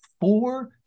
four